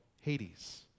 Hades